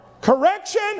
correction